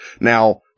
Now